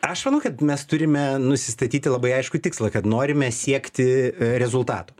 aš manau kad mes turime nusistatyti labai aiškų tikslą kad norime siekti rezultatų